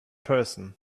person